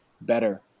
better